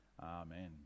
Amen